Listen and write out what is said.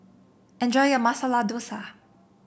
enjoy your Masala Dosa